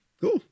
cool